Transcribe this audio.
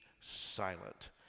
silent